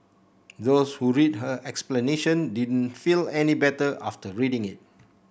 those who read her explanation didn't feel any better after reading it